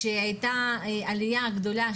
כשהייתה עליה גדולה,